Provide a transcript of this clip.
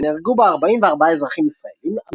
ונהרגו בה 44 אזרחים ישראלים,